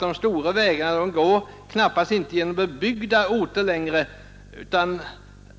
De stora vägarna går knappast genom bebyggda orter längre.